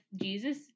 Jesus